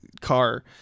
car